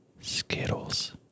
skittles